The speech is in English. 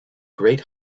great